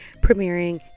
premiering